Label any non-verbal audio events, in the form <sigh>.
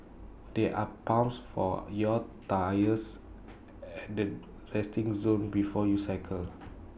there are pumps for your tyres <noise> at the resting zone before you cycle